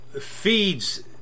feeds